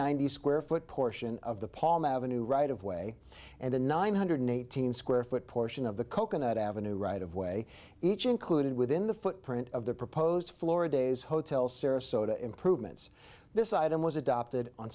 ninety square foot portion of the palm ave right of way and a nine hundred eighteen square foot portion of the coconut avenue right of way each included within the footprint of the proposed flora days hotel sarasota improvements this item was adopted on